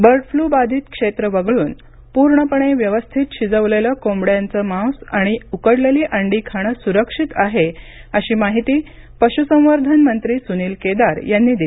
bird flu बाधित क्षेत्र वगळून पूर्णपणे व्यवस्थित शिजवलेले कोबड्यांचे मांस आणि उकडलेली अंडी खाणे सुरक्षित आहे अशी माहिती पशुसंवर्धन मंत्री सुनील केदार यांनी दिली